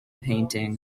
painting